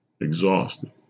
exhausted